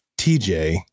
TJ